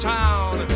town